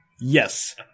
yes